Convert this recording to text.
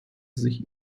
sich